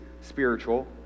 spiritual